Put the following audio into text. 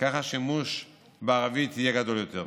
כך השימוש בערבית יהיה רב יותר.